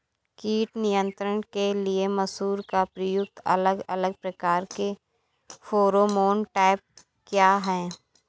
कीट नियंत्रण के लिए मसूर में प्रयुक्त अलग अलग प्रकार के फेरोमोन ट्रैप क्या है?